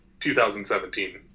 2017